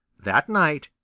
that night,